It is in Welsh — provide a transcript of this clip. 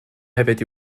hefyd